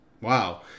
wow